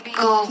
go